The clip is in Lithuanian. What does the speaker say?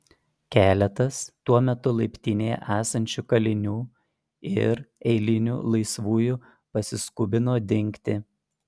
keletas tuo metu laiptinėje esančių kalinių ir eilinių laisvųjų pasiskubino dingti